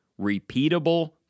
repeatable